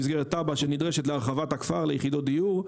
במסגרת תב"ע שנדרשת להרחבת הכפר ליחידות דיור.